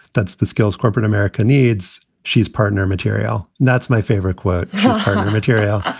that's the skills corporate america needs. she's partner material that's my favorite quote material.